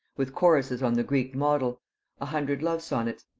with choruses on the greek model a hundred love sonnets,